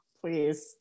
please